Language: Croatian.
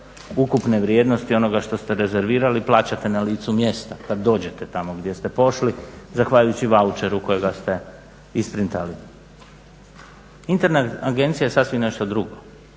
ukupne vrijednosti onoga što ste rezervirali plaćate na licu mjesta, kad pođete tamo gdje ste pošli zahvaljujući vaučeru kojega ste isprintali. Internet agencija je sasvim nešto drugo.